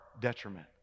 detriment